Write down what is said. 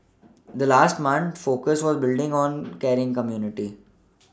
the last month the focus was on building a caring community